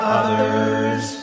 others